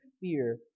fear